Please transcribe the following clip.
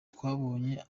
twabonye